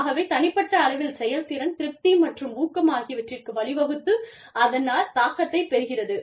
ஆகவே தனிப்பட்ட அளவில் செயல்திறன் திருப்தி மற்றும் ஊக்கம் ஆகியவற்றிற்கு வழிவகுத்து அதனால் தாக்கத்தைப் பெறுகிறது